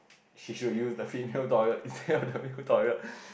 she should use the female toilet instead of the male toilet